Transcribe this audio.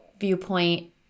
viewpoint